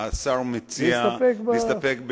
נצטרך לחיות אתו.